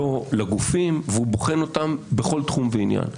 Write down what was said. לא לגופים, והוא בוחן אותם בכל תחום ועניין.